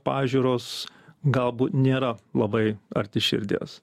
pažiūros galbūt nėra labai arti širdies